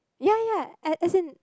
ya ya as as in